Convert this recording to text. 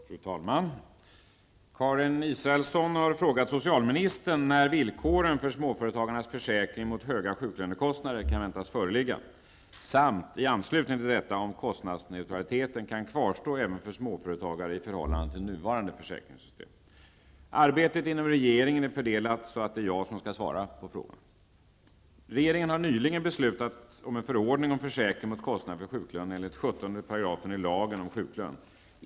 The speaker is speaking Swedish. Fru talman! Karin Israelsson har frågat socialministern när villkoren för småföretagarnas försäkring mot höga sjuklönekostnader kan väntas föreligga samt, i anslutning till detta, om kostnadsneutraliteten kan kvarstå även för småföretagare i förhållande till nuvarande försäkringssystem. Arbetet inom regeringen är så fördelat att det är jag som skall svara på frågorna. lagen om sjuklön.